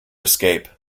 escape